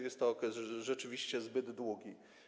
Jest to okres rzeczywiście zbyt długi.